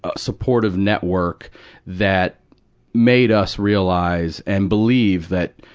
ah supportive network that made us realize and believe that,